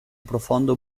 profondo